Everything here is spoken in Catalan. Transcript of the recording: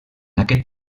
aquest